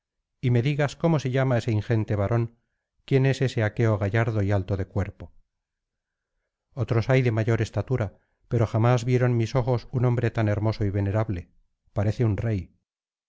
y me digas cómo se llama ese ingente varón quién es ese aqueo gallardo y alto de cuerpo otros hay de mayor estatura pero jamás vieron mis ojos un hombre tan hermoso y venerable parece un rey